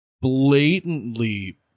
blatantly